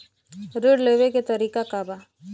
ऋण लेवे के तरीका का बा?